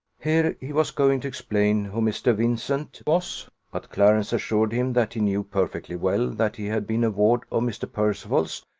here he was going to explain who mr. vincent was but clarence assured him that he knew perfectly well that he had been a ward of mr. percival's,